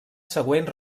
següent